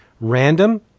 random